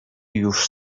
już